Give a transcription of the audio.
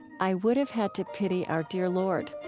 i would have had to pity our dear lord.